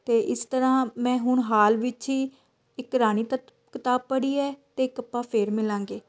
ਅਤੇ ਇਸ ਤਰ੍ਹਾਂ ਮੈਂ ਹੁਣ ਹਾਲ ਵਿੱਚ ਹੀ ਇੱਕ ਰਾਣੀ ਤੱਤ ਕਿਤਾਬ ਪੜ੍ਹੀ ਹੈ ਅਤੇ ਇੱਕ ਆਪਾਂ ਫੇਰ ਮਿਲਾਂਗੇ